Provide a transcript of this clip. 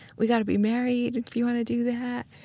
we gotta be married, if you want to do that.